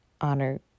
honor